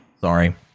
Sorry